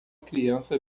criança